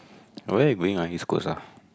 oh where you going ah East-Coast ah